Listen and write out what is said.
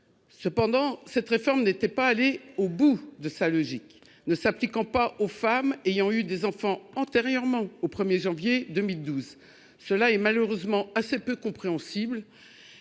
Cependant, cette réforme n'était pas allée au bout de sa logique, puisqu'elle ne s'appliquait pas aux femmes ayant eu des enfants antérieurement au 1 janvier 2012. Cela est malheureusement assez peu compréhensible